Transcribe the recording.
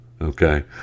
okay